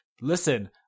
listen